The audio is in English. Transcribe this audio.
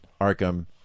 Arkham